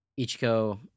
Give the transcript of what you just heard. Ichiko